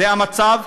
זה המצב,